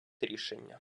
рішення